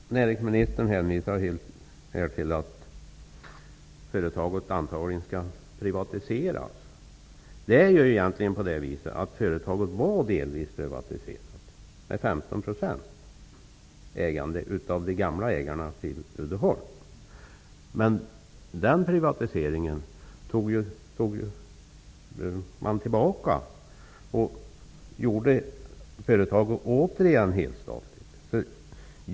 Fru talman! Näringsministern hänvisar här till att företaget antagligen skall privatiseras. Det är ju egentligen på det viset att företaget delvis var privatiserat, nämligen till 15 %, som ägdes av de gamla ägarna till Uddeholm. Men den privatiseringen tog man tillbaka, och företaget gjordes återigen helstatligt.